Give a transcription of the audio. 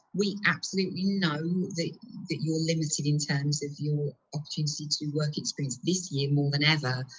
we absolutely know that you're limited in terms of your opportunity to work experience this year, more than ever.